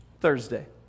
Thursday